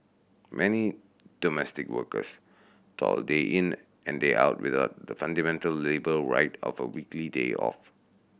many domestic workers toil day in and day out without the fundamental labour right of a weekly day off